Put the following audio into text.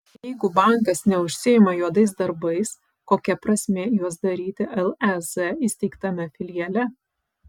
jeigu bankas neužsiima juodais darbais kokia prasmė juos daryti lez įsteigtame filiale